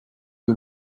que